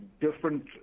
different